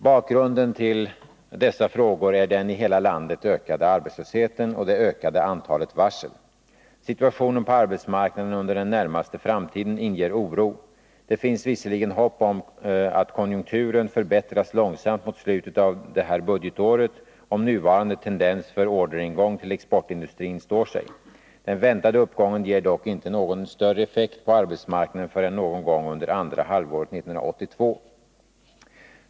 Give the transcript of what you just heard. Bakgrunden till dessa frågor är den i hela landet ökade arbetslösheten och det ökade antalet varsel. Situationen på arbetsmarknaden under den närmaste framtiden inger oro. Det finns visserligen hopp om att konjunkturen förbättras långsamt mot slutet av det här budgetåret om nuvarande tendens för orderingång till exportindustrin står sig. Den väntade uppgången ger dock inte någon större effekt på arbetsmarknaden förrän någon gång under andra halvåret 1982.